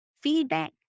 feedback